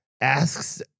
asks